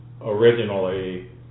originally